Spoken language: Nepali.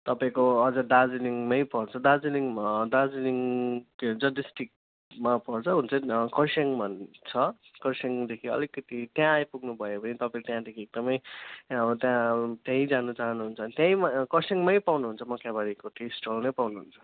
तपाईँको अझ दार्जिलिङमै पर्छ दार्जिलिङ दार्जिलिङ के भन्छ डिस्ट्रिकमा पर्छ हुन्छ नि कर्सियङ भन्छ कर्सियाङदेखि अलिकति त्यहाँ आइपुग्नु भयो भने तपाईँले त्यहाँदेखि एकदमै अब त्यहाँ त्यहीँ जान चाहनुहुन्छ त्यहीँ म कर्सियङमै पाउनुहुन्छ मकैबारीको टी स्टलमै पाउनुहुन्छ